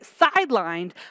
sidelined